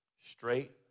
straight